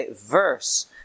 verse